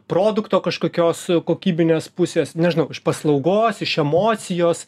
produkto kažkokios kokybinės pusės nežinau iš paslaugos iš emocijos